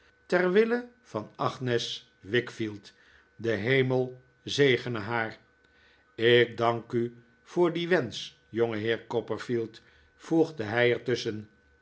ter wille van agnes wickfield de hemel zegene haar ik dank u voor dien wensch jongeheer copperfield voegde hij er